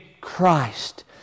Christ